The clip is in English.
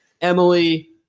Emily